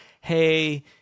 Hey